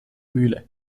mühle